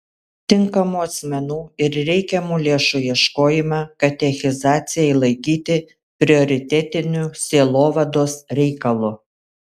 tinkamų asmenų ir reikiamų lėšų ieškojimą katechizacijai laikyti prioritetiniu sielovados reikalu